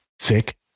Sick